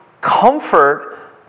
comfort